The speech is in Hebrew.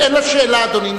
אין לה שאלה, אדוני.